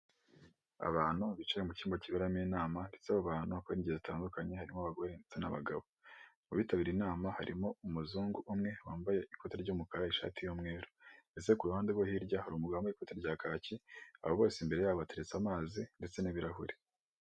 Abantu bicaye mu cyumba kiberamo inama ndetse abo abantu bagiye bakora ibintu bitandukanye harimo abagore n'abagabo mu bitabiriye inama, harimo umuzungu umwe wambaye ikoti ry'umukara ishati y'umweru, ndetse ku ruhande rwe hirya hari umugabo wambaye ikoti rya kacyi abo bose imbere yabo hateretse amazi ndetse n'ibirahuri.